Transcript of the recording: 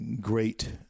Great